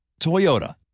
Toyota